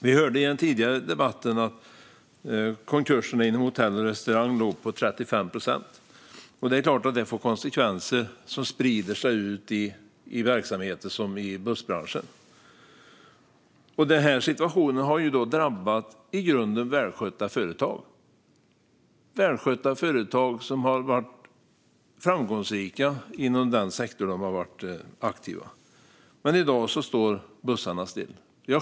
Vi hörde i en tidigare debatt att konkurserna inom hotell och restaurangbranschen låg på 35 procent. Det är klart att detta får konsekvenser som sprider sig ut i verksamheter som bussbranschen. Situationen har drabbat i grunden välskötta företag. Det handlar om företag som har varit framgångsrika i den sektor där de har varit aktiva. Men i dag står bussarna stilla.